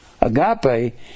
Agape